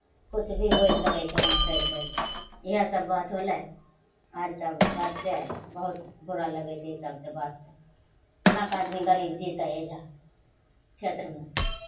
किछु भी बोलि सकै छै एना करि करि कऽ इएहसभ बात होलै आर सभ बात सएह बहुत बुरा लगै छै ई सभसँ बात से केना कऽ आदमी गरीब जीतै एहिजऽ क्षेत्रमे